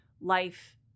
life